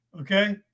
okay